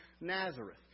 Nazareth